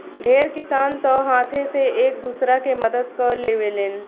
ढेर किसान तअ हाथे से एक दूसरा के मदद कअ लेवेलेन